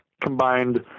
combined